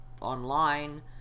online